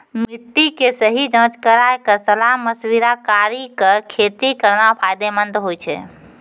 मिट्टी के सही जांच कराय क सलाह मशविरा कारी कॅ खेती करना फायदेमंद होय छै